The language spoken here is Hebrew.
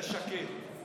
ושקד.